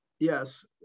Yes